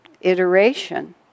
iteration